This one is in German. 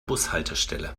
bushaltestelle